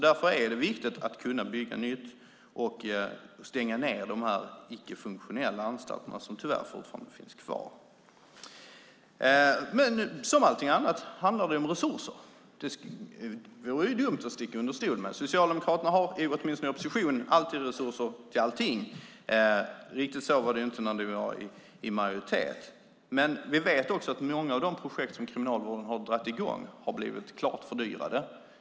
Därför är det viktigt att kunna bygga nytt och stänga de icke funktionella anstalter som fortfarande finns kvar. Men som när det gäller allting annat handlar det om resurser. Det vore dumt att sticka under stol med det. Socialdemokraterna har åtminstone i opposition alltid resurser till allting. Riktigt så var det inte när ni var i majoritet. Vi vet också att många av de projekt som Kriminalvården har dragit i gång har blivit klart fördyrade.